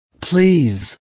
please